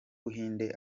buhinde